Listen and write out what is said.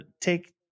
take